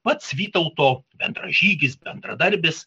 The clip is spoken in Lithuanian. pats vytauto bendražygis bendradarbis